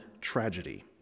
tragedy